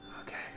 Okay